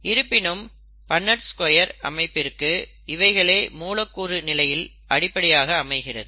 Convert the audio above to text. இருப்பினும் Punnett square அமைப்பிற்கு இவைகளே மூலக்கூறு நிலையில் அடிப்படையாக அமைகிறது